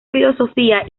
filosofía